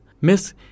Miss